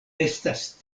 estas